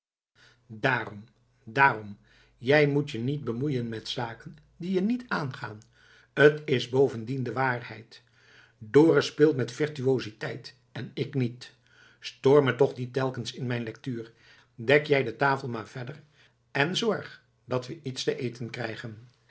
daarom daarom jij moet je niet bemoeien met zaken die je niet aangaan t is bovendien de waarheid dorus speelt met virtuositeit en ik niet stoor me toch niet telkens in mijn lectuur dek jij de tafel maar verder en zorg dat we iets te eten krijgen